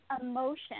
emotion